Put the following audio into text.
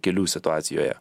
kelių situacijoje